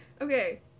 Okay